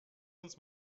uns